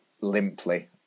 limply